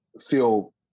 feel